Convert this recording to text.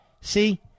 See